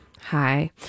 hi